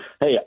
Hey